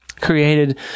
created